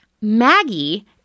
Maggie